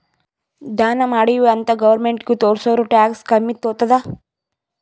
ದಾನಾ ಮಾಡಿವ್ ಅಂತ್ ಗೌರ್ಮೆಂಟ್ಗ ತೋರ್ಸುರ್ ಟ್ಯಾಕ್ಸ್ ಕಮ್ಮಿ ತೊತ್ತುದ್